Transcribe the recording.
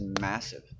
massive